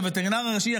לווטרינר הראשי,